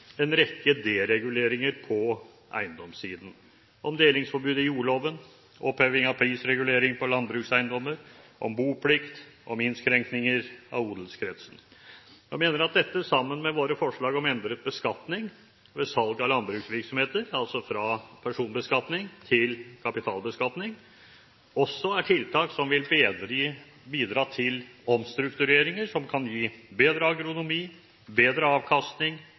en rekke dereguleringer på eiendomssiden som går på delingsforbudet i jordloven, oppheving av prisregulering på landbrukseiendommer, boplikt, innskrenkninger av odelsgrensen. Jeg mener at dette, sammen med våre forslag om endret beskatning ved salg av landbruksvirksomheter – altså fra personbeskatning til kapitalbeskatning – også er tiltak som vil bidra til omstruktureringer som kan gi bedre agronomi, bedre avkastning,